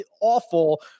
awful